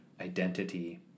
identity